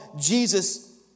Jesus